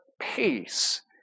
peace